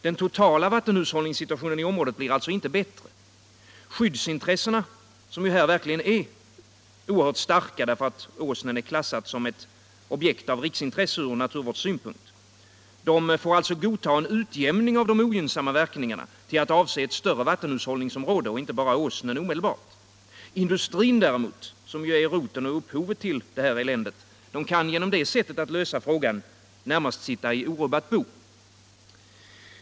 Den totala vattenhushållningssituationen i området blir alltså inte bättre. Skyddsintressena — som ju här verkligen är oerhört starka eftersom Åsnen är klassad som ett objekt av riksintresse ur naturvårdssynpunkt — får alltså godta en utjämning av de ogynnsamma verkningarna till att avse ett större vattenhushållningsområde och inte endast sjön Åsnen. Industrin däremot, som ju är roten och upphovet till det här eländet, kan genom det sättet att lösa frågan närmast sitta i orubbat bo.